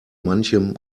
manchem